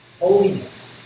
holiness